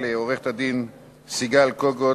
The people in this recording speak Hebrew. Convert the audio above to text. לעורכת-הדין סיגל קוגוט,